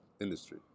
industry